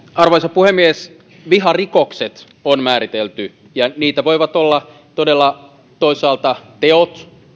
arvoisa puhemies viharikokset on määritelty ja niitä todella voivat olla toisaalta teot